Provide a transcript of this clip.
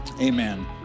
Amen